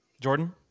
Jordan